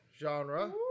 genre